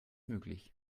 möglich